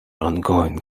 ongoing